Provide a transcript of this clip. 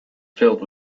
filled